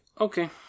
Okay